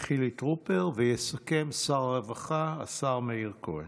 חילי טרופר, ויסכם שר הרווחה השר מאיר כהן.